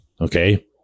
okay